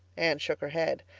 anne shook her head.